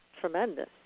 tremendous